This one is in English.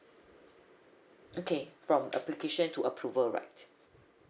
okay from application to approval right